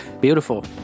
Beautiful